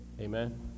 Amen